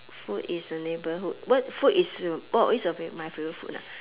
food is the neighborhood what food is what is my favourite food ah